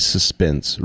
Suspense